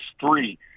three